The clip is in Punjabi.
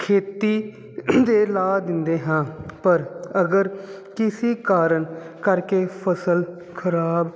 ਖੇਤੀ 'ਤੇ ਲਾ ਦਿੰਦੇ ਹਾਂ ਪਰ ਅਗਰ ਕਿਸੀ ਕਾਰਨ ਕਰਕੇ ਫਸਲ ਖਰਾਬ